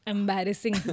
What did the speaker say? Embarrassing